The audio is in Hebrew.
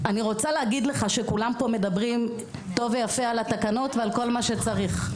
אני רוצה להגיד לך שכולם מדברים טוב ויפה על התקנות ועל כל מה שצריך.